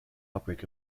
outbreak